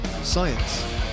science